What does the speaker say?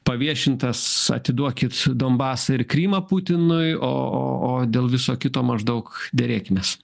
paviešintas atiduokit donbasą ir krymą putinui o o o dėl viso kito maždaug derėkimės